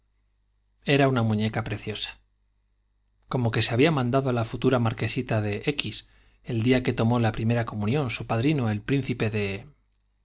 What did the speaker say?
era una muñeca preciosa i como que se la había mandado á la futura mar quesita de x el día que tomó la primera comunión su padrino el príncipe de